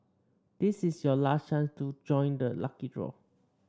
this is your last chance to join the lucky draw